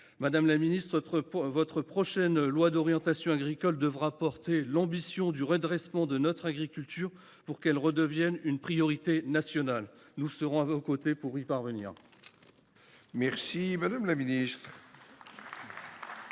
Madame la ministre, votre prochaine loi d’orientation et d’avenir agricoles devra porter l’ambition du redressement de notre agriculture pour que celle ci redevienne une priorité nationale. Nous serons à vos côtés pour y parvenir. La parole est à Mme la ministre